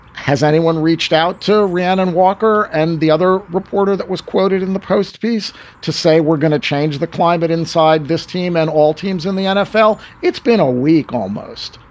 has anyone reached out to ran on walker and the other reporter that was quoted in the post piece to say, we're going to change the climate inside this team and all teams in the nfl? it's been a week almost.